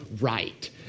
Right